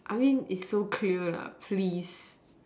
I mean is so clear lah please